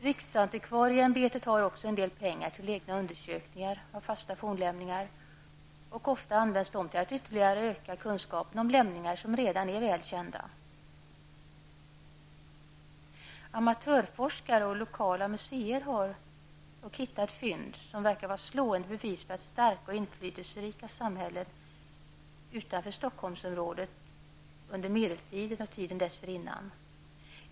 Riksantikvarieämbetet har ju också en del pengar till egna undersökningar av fasta fornlämningar. Ofta används de pengarna till att ytterligare öka kunskapen om lämningar som redan är väl kända. Amatörforskare och lokala museer har hittat fynd som verkar vara slående bevis för starka och inflytelserika samhällen utanför Stockholmsområdet under medeltiden och tiden dessförinnan.